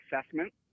assessment